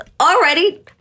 Already